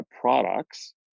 products